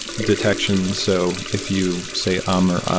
detection. so if you say um or uh,